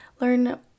learn